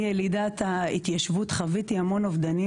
ילידת ההתיישבות חוויתי המון אובדנים.